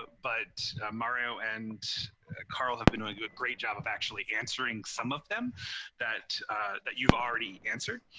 but mario and carl have been doing a great job of actually answering some of them that that you've already answered.